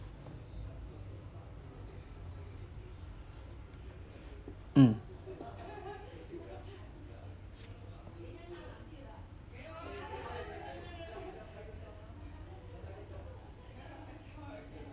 mm